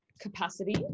capacity